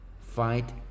fight